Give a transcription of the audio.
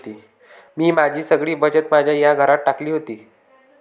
मी माझी सगळी बचत माझ्या या घरात टाकली होती